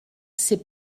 ses